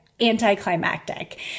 Anticlimactic